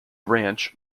ranch